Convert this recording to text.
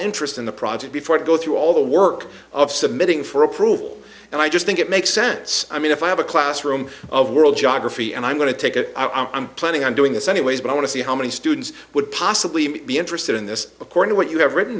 interest in the project before i go through all the work of submitting for approval and i just think it makes sense i mean if i have a classroom of world geography and i'm going to take it i'm planning on doing this anyways but i want to see how many students would possibly be interested in this according to what you have written